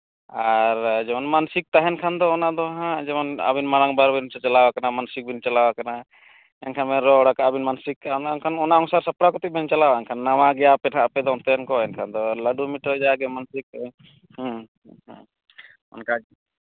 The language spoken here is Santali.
ᱟᱨ ᱡᱮᱢᱚᱱ ᱢᱟᱹᱱᱥᱤᱠ ᱛᱟᱦᱮᱱ ᱠᱷᱟᱱ ᱫᱚ ᱚᱱᱟ ᱫᱚ ᱱᱟᱦᱟᱜ ᱡᱮᱢᱚᱱ ᱟᱹᱵᱤᱱ ᱢᱟᱲᱟᱝ ᱵᱟᱨ ᱵᱤᱱ ᱪᱟᱪᱞᱟᱣ ᱠᱟᱱᱟ ᱢᱟᱹᱱᱥᱤᱠ ᱵᱤᱱ ᱪᱟᱞᱟᱣ ᱠᱟᱱᱟ ᱮᱱᱠᱷᱟᱱ ᱵᱤᱱ ᱨᱚᱲ ᱠᱟᱜᱟ ᱵᱤᱱ ᱢᱟᱹᱱᱥᱤᱠ ᱠᱟᱜᱼᱟ ᱚᱱᱮ ᱚᱱᱠᱟᱢᱟ ᱚᱱᱟ ᱥᱟᱹᱛ ᱥᱟᱯᱲᱟᱣ ᱠᱟᱛᱮᱫ ᱵᱤᱱ ᱪᱟᱞᱟᱜᱼᱟ ᱢᱮᱱᱠᱷᱟᱱ ᱱᱟᱣᱟ ᱜᱮᱭᱟ ᱯᱮ ᱟᱯᱮ ᱫᱚ ᱚᱱᱛᱮ ᱠᱚ ᱮᱱᱠᱷᱟᱱ ᱫᱚ ᱞᱟᱹᱰᱩ ᱢᱤᱴᱷᱟᱹᱭ ᱡᱟ ᱜᱮ ᱢᱟᱹᱱᱥᱤᱠ ᱦᱮᱸ ᱦᱮᱸ ᱚᱱᱠᱟ